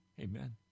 Amen